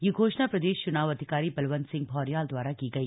यह घोषणा प्रदेश चुनाव अधिकारी बलवंत सिंह भौर्याल द्वारा की गई